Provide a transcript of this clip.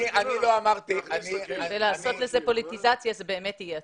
אני לא אמרתי --- ולעשות לזה פוליטיזציה זה באמת יהיה עצוב.